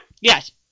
Yes